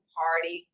party